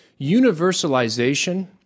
universalization